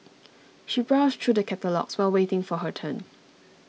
she browsed through the catalogues while waiting for her turn